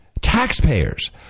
taxpayers